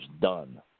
done